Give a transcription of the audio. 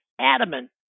adamant